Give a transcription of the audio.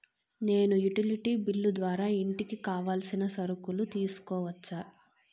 నేను utility bill ద్వారా ఇంటికి కావాల్సిన సరుకులు తీసుకోవచ్చా?